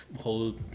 whole